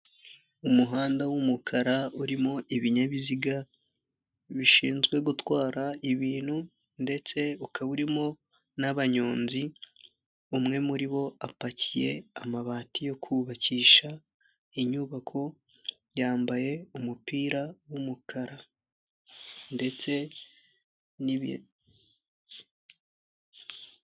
Umuhanda w'umukara urimo ibinyabiziga bishinzwe gutwara ibintu ndetse ukaba urimo n'abanyonzi, umwe muri bo apakiye amabati yo kubakisha inyubako yambaye umupira w'umukara ndetse...